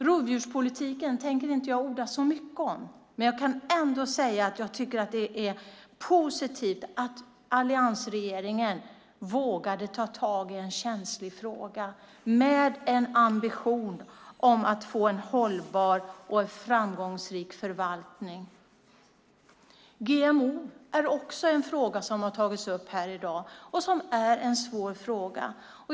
Rovdjurspolitiken tänker jag inte orda så mycket om, men jag kan ändå säga att jag tycker att det är positivt att alliansregeringen vågade ta tag i en känslig fråga, med ambitionen att få en hållbar och framgångsrik förvaltning. GMO är också en fråga som har tagits upp här i dag. Det är en svår fråga.